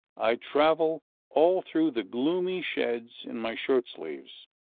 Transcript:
i travel all through the gloomy sheds in my shirt-sleeves,